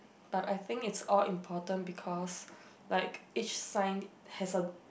but I think it's all important because like each sign has a